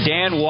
Dan